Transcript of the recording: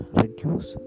reduce